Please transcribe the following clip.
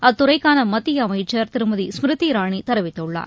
அத்துறைக்கான மத்திய அமைச்சர் திருமதி ஸ்மிருதி இரானி தெரிவித்துள்ளார்